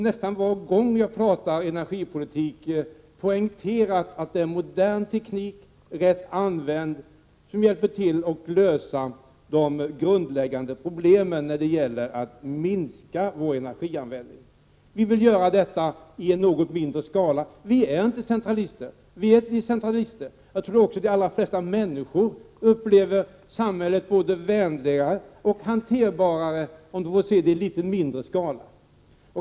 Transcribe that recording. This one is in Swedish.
Nästan varje gång jag talar energipolitik poängterar jag att det just är modern teknik, rätt använd, som hjälper till att lösa de grundläggande problemen i samband med att vi försöker minska vår energianvändning. Vi vill göra allting i mindre skala. Vi är inte centralister utan decentralister. Jag tror att de allra flesta människor upplever samhället mera vänligt och mer hanterbart om de får se det hela i litet mindre skala.